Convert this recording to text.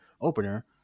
opener